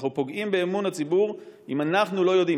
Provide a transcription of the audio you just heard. אנחנו פוגעים באמון הציבור אם אנחנו לא יודעים.